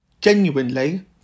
Genuinely